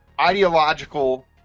ideological